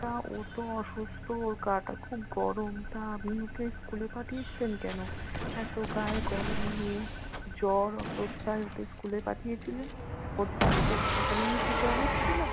না ও তো অসুস্থ ওর গাটা খুব গরম তা আপনি ওকে স্কুলে পাঠিয়েছিলেন কেন এতো গায়ে গরম নিয়ে জ্বর অবস্থায় ওকে স্কুলে পাঠিয়েছিলেন ওর বাড়িতে থাকাকালীনই কি জ্বর এসেছিল